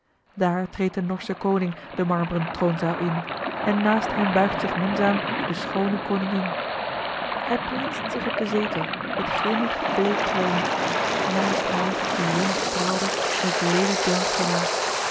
treedt de norsche koning de marm'ren troonzaal in en naast hem buigt zich minzaam de schoone koningin hij plaatst zich op den zetel met grimmig bleek gelaat naast haar die zonnig straalde in t lelieblank